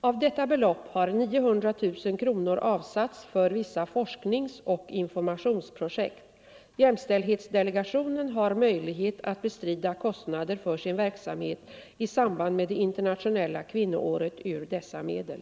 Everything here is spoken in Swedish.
Av detta belopp har 900 000 kronor avsatts för vissa forskningsoch informationsprojekt. Jämställdhetsdelegationen har möjlighet att bestrida kostnader för sin verksamhet i samband med det internationella kvinnoåret ur dessa medel.